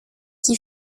qui